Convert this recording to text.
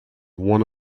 one